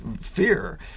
fear